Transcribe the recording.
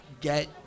get